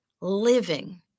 living